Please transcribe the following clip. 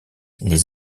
les